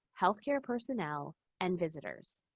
healthcare personnel and visitors.